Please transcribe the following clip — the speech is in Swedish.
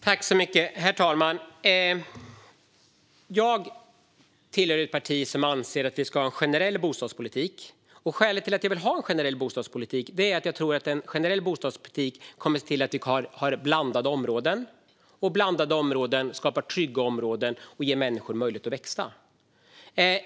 Herr talman! Jag tillhör ett parti som anser att vi ska ha en generell bostadspolitik. Skälet till att jag vill ha en generell bostadspolitik är att en sådan ser till att det finns blandade områden. Blandade områden skapar trygga områden och ger människor möjlighet att växa.